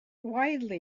widely